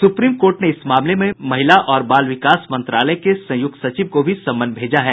supreme court ने इस मामले में महिला और बाल विकास मंत्रालय के संयुक्त सचिव को भी समन भेजा है